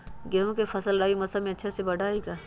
गेंहू के फ़सल रबी मौसम में अच्छे से बढ़ हई का?